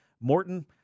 Morton